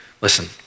Listen